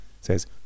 says